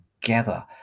together